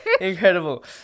Incredible